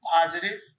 positive